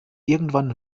irgendwann